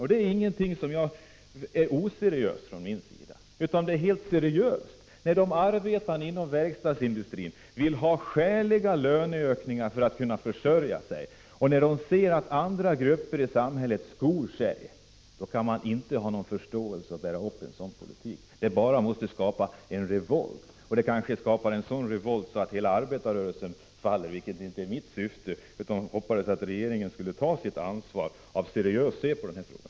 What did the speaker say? Detta är inte något oseriöst krav från min sida, utan jag är helt seriös. När de arbetande inom verkstadsindustrin vill ha skäliga löneökningar för att kunna försörja sig, och när man ser att andra grupper i samhället skor sig, kan man inte ha någon förståelse för att man skall bära upp en sådan politik. Det skapar bara en revolt. Det kanske skapar en sådan revolt att hela arbetarrörelsen faller, vilket inte är mitt syfte. Jag hoppades att regeringen skulle ta sitt ansvar när det gäller att se seriöst på denna fråga.